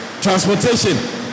Transportation